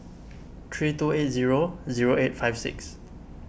three two eight zero zero eight five six